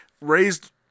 raised